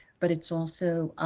but it's also